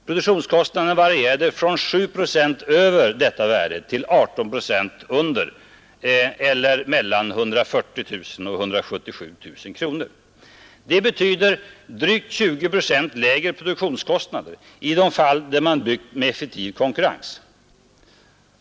Produktionskostnaderna varierade från 7 procent över detta värde till 18 procent under, eller mellan 140 000 och 177 000 kronor. Det betyder drygt 20 procent lägre produktionskostnader i det fall där man byggt med effektiv konkurrens.